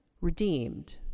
redeemed